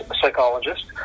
psychologist